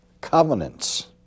covenants